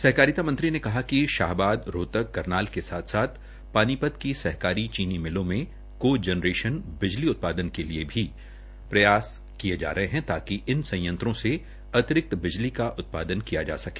सहकारिता मंत्री ने कहा कि शाहबाद रोहतक करनाल के साथ साथ पानीपत की सहकारी चीनी मिलों में को जनरेशन बिजली उत्पादन के लिए भी लगातार प्रयास किए जा रहे हैं ताकि इन संयंत्रों से अतिरिक्त बिजली का उत्पादन किया जा सके